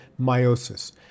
meiosis